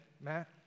Matt